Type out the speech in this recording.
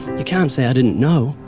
you can't say, i didn't know.